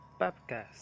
podcast